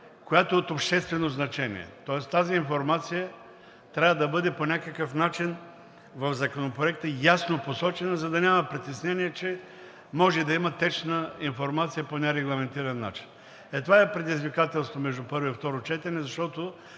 която е от обществено значение, тоест тази информация трябва по някакъв начин да бъде ясно посочена в Законопроекта, за да няма притеснения, че може да има теч на информация по нерегламентиран начин. Това е предизвикателството между първо и второ четене, защото,